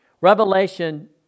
Revelation